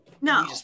no